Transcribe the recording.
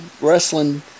wrestling